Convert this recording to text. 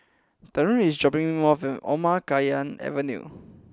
Truman is dropping me off at Omar Khayyam Avenue